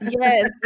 Yes